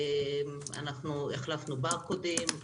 אנחנו החלפנו ברקודים,